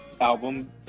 album